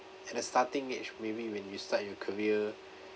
and the starting age maybe when you start your career